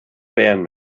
fan